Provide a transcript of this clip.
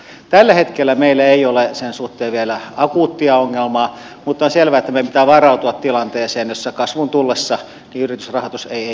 tällä hetkellä meillä ei ole sen suhteen vielä akuuttia ongelmaa mutta on selvää että meidän pitää varautua tilanteeseen jossa kasvun tullessa yritysrahoitus ei toimi